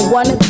one